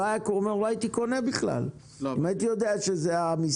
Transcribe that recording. אולי הוא היה אומר שהוא לא היה קונה בכלל אם הייתי יודע שאלה המיסים,